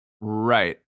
Right